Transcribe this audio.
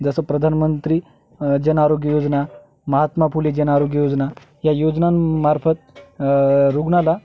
जसं प्रधानमंत्री जन आरोग्य योजना महात्मा फुले जन आरोग्य योजना या योजनांमार्फत रुग्णाला